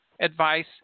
advice